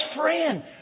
friend